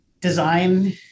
Design